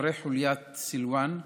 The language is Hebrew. חברי חוליית סילוואן,